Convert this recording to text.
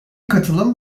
katılım